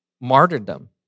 martyrdom